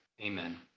Amen